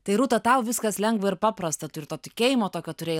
tai rūta tau viskas lengva ir paprasta tu ir to tikėjimo tokio turėjai